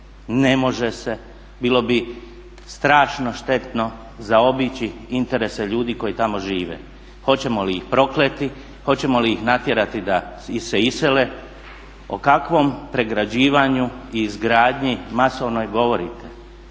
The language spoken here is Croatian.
ne može se, bilo bi strašno štetno zaobići interese ljudi koji tamo žive. Hoćemo li ih prokleti, hoćemo li ih natjerati da se isele, o kakvom pregrađivanju i izgradnji masovnoj govorite?